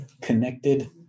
connected